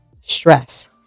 Stress